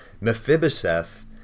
Mephibosheth